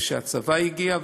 במקומות שהצבא הגיע,